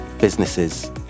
businesses